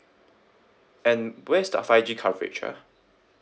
and where's the five G coverage ah